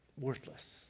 worthless